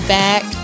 back